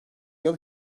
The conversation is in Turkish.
yıl